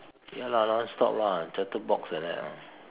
ya lah nonstop lah chatterbox like that lah